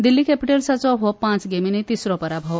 दिल्ली कॅपीटल्साचो हो पांच गेमीनी तिसरो पराभव